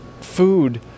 food